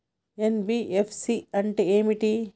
NBFC అంటే ఏమిటి?